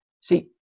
See